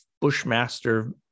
Bushmaster